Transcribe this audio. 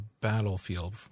Battlefield